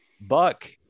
Buck